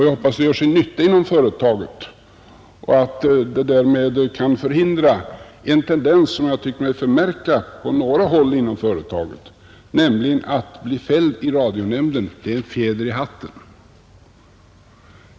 Jag hoppas det gör sin nytta inom företaget och att det därmed kan förhindra en tendens som jag har tyckt mig förmärka på några håll inom företaget: Att bli fälld i radionämnden, det är en fjäder i hatten.